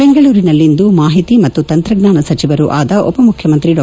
ಬೆಂಗಳೂರಿನಲ್ಲಿಂದು ಮಾಹಿತಿ ಮತ್ತು ತಂತಜ್ಞಾನ ಸಚಿವರೂ ಆದ ಉಪ ಮುಖ್ಯಮಂತ್ರಿ ಡಾ